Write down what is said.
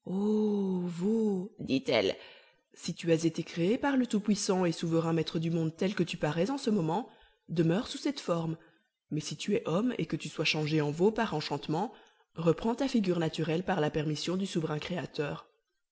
dit-elle si tu as été créé par le tout-puissant et souverain maître du monde tel que tu parais en ce moment demeure sous cette forme mais si tu es homme et que tu sois changé en veau par enchantement reprends ta figure naturelle par la permission du souverain créateur